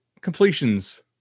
completions